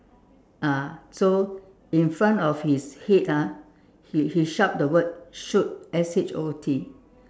ah so in front of his head ah he he shout the word shoot S H O O T